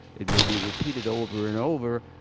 it may be repeated over and over,